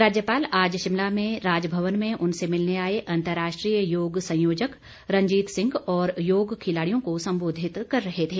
राज्यपाल आज शिमला में राजभवन में उनसे मिलने आए अंर्तराष्ट्रीय योग संयोजक रंजीत सिंह और योग खिलाड़ियों को संबोधित कर रहे थे